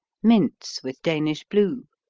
mince with danish blue,